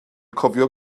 cofio